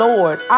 Lord